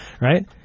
right